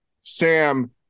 Sam